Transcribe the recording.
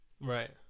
Right